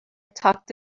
talked